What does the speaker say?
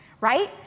right